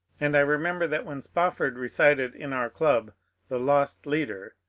and i remember that when spofford recited in our club the lost leader,